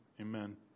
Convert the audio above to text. amen